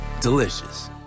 Delicious